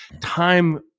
time